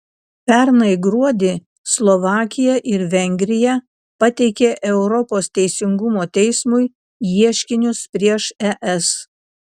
pernai gruodį slovakija ir vengrija pateikė europos teisingumo teismui ieškinius prieš es